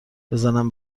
بزنم